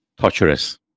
torturous